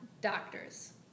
doctors